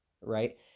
right